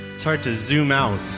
it's hard to zoom out,